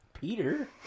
Peter